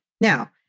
Now